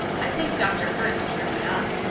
i think dr. hertz drew it up.